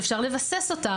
שאפשר לבסס אותה,